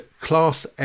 class